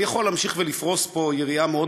אני יכול להמשיך ולפרוס פה יריעה מאוד